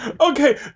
okay